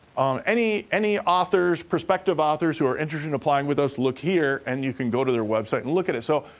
any authors, authors, prospective authors who are interested in applying with us, look here, and you can go to their website and look at it. so,